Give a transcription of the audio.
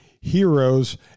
heroes